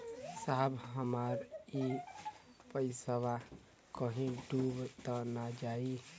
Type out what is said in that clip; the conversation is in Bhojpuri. साहब हमार इ पइसवा कहि डूब त ना जाई न?